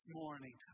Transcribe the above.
morning